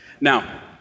now